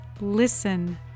listen